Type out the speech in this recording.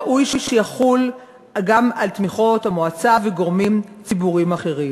ראוי שיחול גם על תמיכות המועצה וגורמים ציבוריים נוספים.